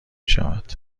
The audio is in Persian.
شود